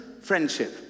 friendship